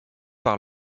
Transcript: par